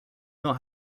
not